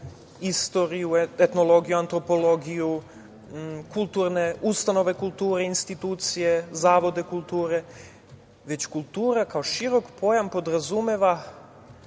istoriju, etnologiju, antropologiju, ustanove kulture, institucije, zavode kulture, već kultura kao širok pojam podrazumeva